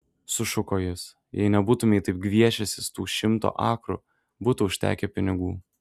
sušuko jis jei nebūtumei taip gviešęsis tų šimto akrų būtų užtekę pinigų